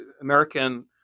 American